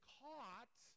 caught